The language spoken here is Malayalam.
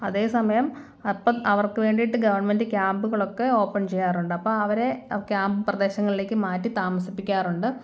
അതേസമയം അപ്പം അവർക്ക് വേണ്ടിയിട്ട് ഗവൺമെൻറ്റ് ക്യാമ്പുകളൊക്കെ ഓപ്പൺ ചെയ്യാറുണ്ട് അപ്പം അവരെ ക്യാമ്പ് പ്രദേശങ്ങളിലേക്ക് മാറ്റി താമസിപ്പിക്കാറുണ്ട്